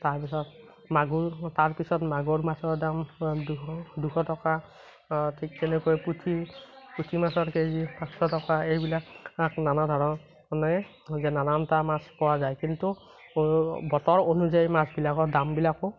তাৰপিছত মাগুৰ তাৰপিছত মাগুৰ মাছৰ দাম দুশ টকা ঠিক তেনেকৈ পুঠি পুঠি মাছৰ কেজি আঠশ টকা এইবিলাক নানা ধৰণৰ নানানটা মাছ পোৱা যায় কিন্তু বতৰ অনুযায়ী মাছবিলাকৰ দামবিলাকো